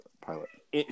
Pilot